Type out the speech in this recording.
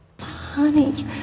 Honey